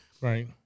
Right